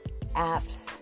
apps